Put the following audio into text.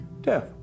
Death